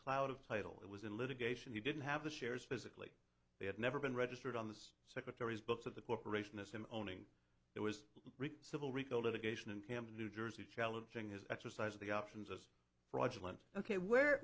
cloud of title it was in litigation he didn't have the shares physically they had never been registered on the secretary's books of the corporation assim owning it was a civil rico litigation in camden new jersey challenging his exercise of the options as fraudulent ok where